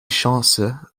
chance